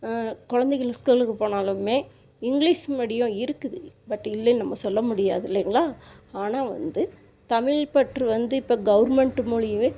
கொழந்தைகள் ஸ்கூலுக்கு போனாலுமே இங்கிலீஷ் மீடியம் இருக்குது பட் இல்லைன்னு நம்ம சொல்ல முடியாது இல்லைங்களா ஆனால் வந்து தமிழ் பற்று வந்து இப்போ கவர்மெண்ட் மூலிமாவே